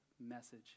Message